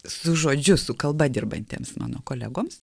su žodžiu su kalba dirbantiems mano kolegoms